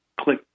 click